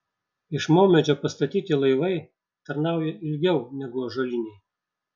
iš maumedžio pastatyti laivai tarnauja ilgiau negu ąžuoliniai